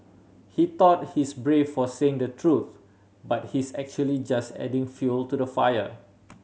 he thought he's brave for saying the truth but he's actually just adding fuel to the fire